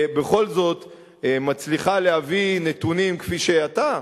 בכל זאת מצליחה להביא נתונים כפי שאתה,